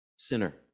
sinner